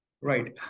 Right